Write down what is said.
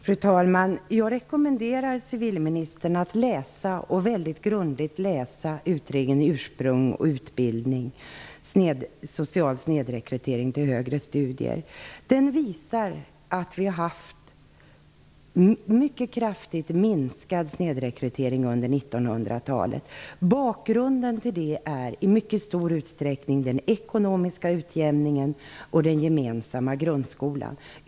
Fru talman! Jag rekommenderar civilministern att väldigt grundligt läsa utredningen Ursprung och utbildning -- social snedrekrytering till högre studier. Den visar att snedrekryteringen har minskat mycket kraftigt under 1900-talet. Bakgrunden till det är i mycket stor utsträckning den ekonomiska utjämningen och den gemensamma grundskolan.